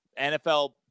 NFL